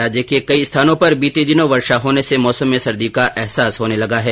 राज्य के कई स्थानो पर बीते दिनों वर्षा होने से मौसम में सर्दी का एहसास होने लगा है